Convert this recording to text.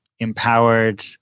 empowered